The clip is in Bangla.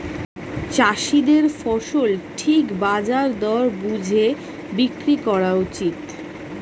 চাষীদের ফসল ঠিক বাজার দর বুঝে বিক্রি করা উচিত